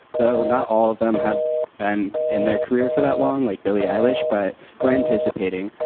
though not all of them have been in their career for that long like billy eilish, but we're anticipating.